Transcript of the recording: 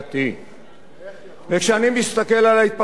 וכשכאני מסתכל על ההתפתחויות בשנים האחרונות,